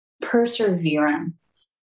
perseverance